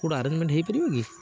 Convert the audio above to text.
କେଉଁଠୁ ଆରେଞ୍ଜମେଣ୍ଟ ହେଇପାରିବ କି